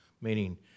meaning